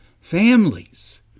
families